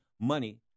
money